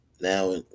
now